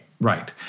Right